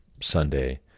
Sunday